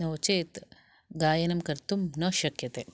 नो चेत् गायनं कर्तुं न शक्यते